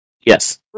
Yes